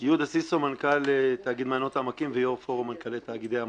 אני מנכ"ל תאגיד מעיינות העמקים ויו"ר פורום מנכ"לי תאגידי המים.